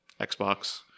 Xbox